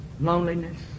loneliness